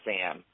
Sam